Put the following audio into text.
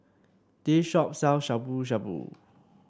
this shop sell Shabu Shabu